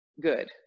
good